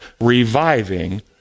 reviving